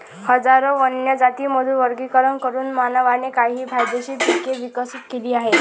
हजारो वन्य जातींमधून वर्गीकरण करून मानवाने काही फायदेशीर पिके विकसित केली आहेत